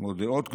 כמו דעות קדומות,